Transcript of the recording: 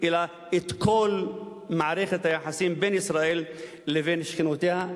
אלא את כל מערכת היחסים בין ישראל לבין שכנותיה.